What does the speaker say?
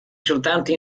soltanto